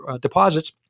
deposits